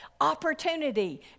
opportunity